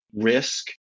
risk